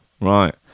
Right